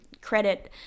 credit